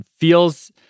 feels